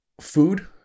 food